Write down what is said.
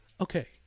Okay